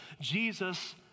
Jesus